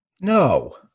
No